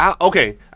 Okay